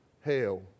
hell